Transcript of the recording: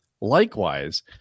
Likewise